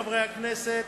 חברי הכנסת,